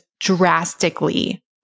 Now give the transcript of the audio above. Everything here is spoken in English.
drastically